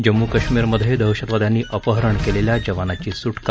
जम्मू कश्मीरमधे दहशतवाद्यांनी अपहरण केलेल्या जवानाची सुटका